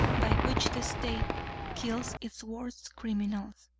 by which the state kills its worst criminals.